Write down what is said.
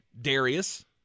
darius